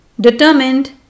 determined